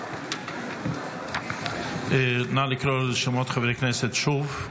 נגד נא לקרוא בשמות חברי הכנסת שוב.